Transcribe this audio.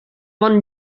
bon